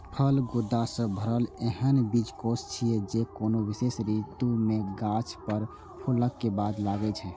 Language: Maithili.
फल गूदा सं भरल एहन बीजकोष छियै, जे कोनो विशेष ऋतु मे गाछ पर फूलक बाद लागै छै